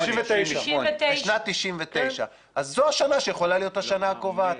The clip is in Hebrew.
בשנת 99'. אז זו השנה שיכולה להיות השנה הקובעת.